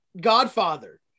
Godfather